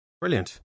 Brilliant